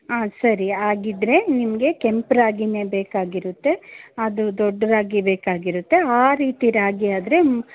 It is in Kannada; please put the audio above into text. ಆಂ ಸರಿ ಹಾಗಿದ್ರೆ ನಿಮಗೆ ಕೆಂಪು ರಾಗಿಯೇ ಬೇಕಾಗಿರುತ್ತೆ ಅದು ದೊಡ್ಡ ರಾಗಿ ಬೇಕಾಗಿರುತ್ತೆ ಆ ರೀತಿ ರಾಗಿ ಆದರೆ